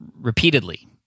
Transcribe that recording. repeatedly